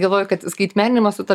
galvoju kad skaitmeninimas su ta